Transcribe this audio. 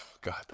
God